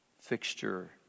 fixture